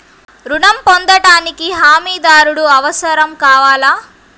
ఋణం పొందటానికి హమీదారుడు అవసరం కావాలా?